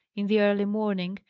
in the early morning,